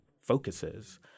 focuses